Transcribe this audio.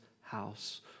house